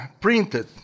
printed